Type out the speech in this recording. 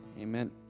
Amen